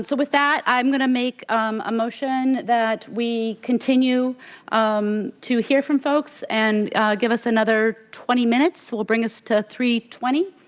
so with that, i'm going to make um a motion that we continue um to hear from folks, and give us another twenty minutes. that will bring us to three twenty.